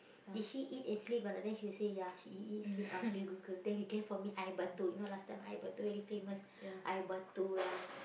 did she eat and sleep or not then she will say ya she eat and sleep ah okay good girl then gave for me air batu you know last time air batu very famous air batu lah